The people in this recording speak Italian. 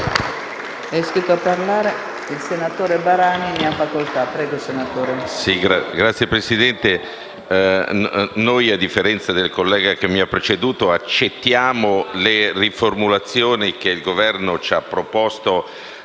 Signora Presidente, noi, a differenza del collega che mi ha preceduto, accettiamo le riformulazioni che il Governo ci ha proposto,